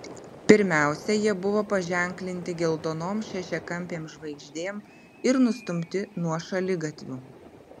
pirmiausia jie buvo paženklinti geltonom šešiakampėm žvaigždėm ir nustumti nuo šaligatvių